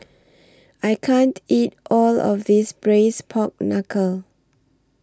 I can't eat All of This Braised Pork Knuckle